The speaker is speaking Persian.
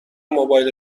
موبایل